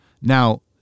Now